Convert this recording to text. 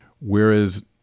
whereas